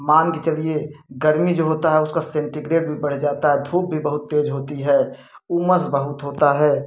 मान के चलिए गर्मी जो होता है उसका सेंटीग्रेड भी बढ़ जाता है धूप भी बहुत तेज होती है उमस बहुत होता है